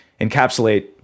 encapsulate